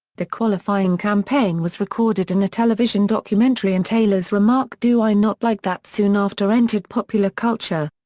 the qualifying campaign was recorded in a television documentary and taylor's remark do i not like that soon after entered popular culture.